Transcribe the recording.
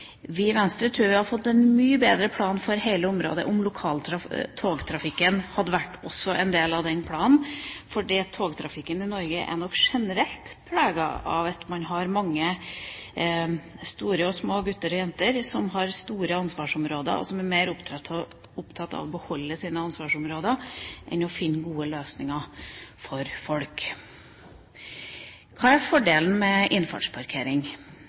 Vi i Venstre tror at vi hadde fått en mye bedre plan for hele området om lokaltogtrafikken også hadde vært en del av den planen, for togtrafikken i Norge er nok generelt preget av at man har mange store og små gutter og jenter som har store ansvarsområder, og som er mer opptatt av å beholde sine ansvarsområder enn av å finne gode løsninger for folk. Hva er fordelen med innfartsparkering?